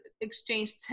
exchange